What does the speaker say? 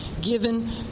given